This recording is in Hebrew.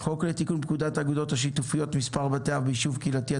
הצעת חוק לתיקון פקודת האגודות השיתופיות (מספר בתי אב ביישוב קהילתי),